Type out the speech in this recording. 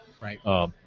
Right